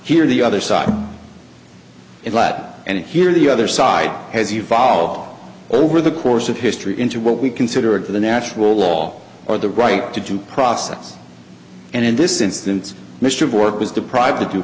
here the other side in latin and here in the other side has evolved over the course of history into what we consider of the natural law or the right to due process and in this instance mr bork was deprived